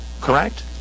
correct